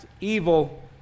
evil